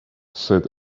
said